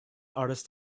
artist